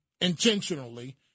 intentionally